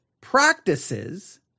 practices